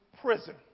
prison